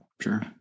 sure